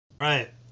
Right